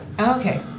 Okay